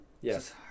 Yes